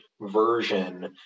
version